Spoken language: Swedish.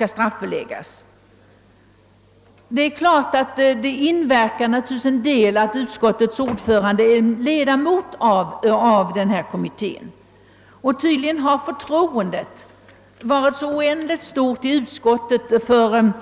Naturligtvis kan det ha inverkat att utskottets ordförande är ledamot av skattestrafflagutredningen. Tydligen har förtroendet för den utredningen varit så stort i utskottet att man